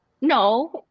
No